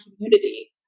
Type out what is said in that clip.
community